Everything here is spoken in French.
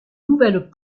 nouvelles